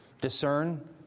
discern